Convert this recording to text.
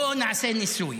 בוא ונעשה ניסוי: